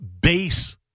base